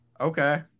Okay